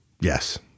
Yes